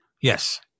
Yes